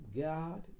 God